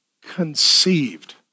conceived